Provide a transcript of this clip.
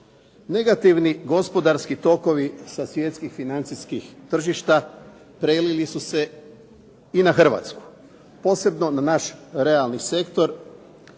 negativni gospodarski tokovi sa svjetskih financijskih tržišta prelili su se i na Hrvatsku, posebno na naš realni sektor